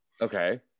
Okay